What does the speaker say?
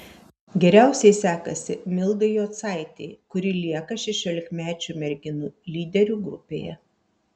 geriausiai sekasi mildai jocaitei kuri lieka šešiolikmečių merginų lyderių grupėje